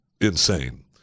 insane